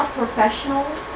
professionals